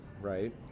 right